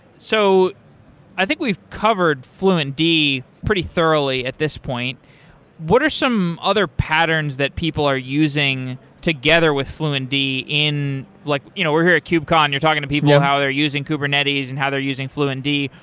so i think we've covered fluentd pretty thoroughly at this point what are some other patterns that people are using together with fluentd in like you know we're here at cube con. you're talking to people how they're using kubernetes and how they're using fluentd.